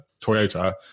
toyota